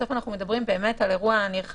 בסוף אנחנו מדברים באמת על אירוע נרחב,